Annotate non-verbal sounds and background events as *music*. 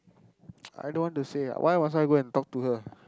*noise* I don't want to say ah why must I go and talk to her